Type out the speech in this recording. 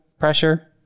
pressure